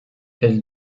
elle